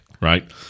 right